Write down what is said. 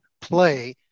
play